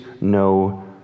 no